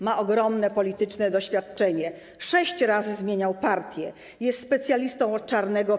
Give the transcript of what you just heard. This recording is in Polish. Ma ogromne polityczne doświadczenie, sześć razy zmieniał partię, jest specjalistą od czarnego PR-u.